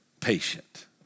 patient